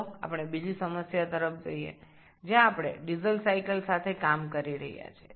চলুন আমরা দ্বিতীয় সমস্যা হয়ে যাই যেখানে আমরা ডিজেল চক্র নিয়ে আলোচনা করা হচ্ছে